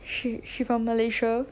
she she from malaysia